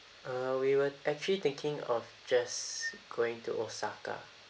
uh we were actually thinking of just going to osaka